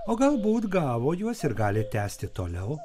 o galbūt gavo juos ir gali tęsti toliau